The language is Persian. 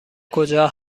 کجا